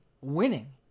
winning